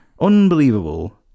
unbelievable